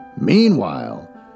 Meanwhile